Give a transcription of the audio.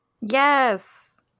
Yes